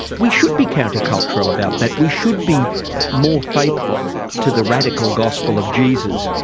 we should be counter-cultural about that. we should be more faithful to the radical gospel of jesus.